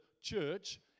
church